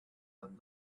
that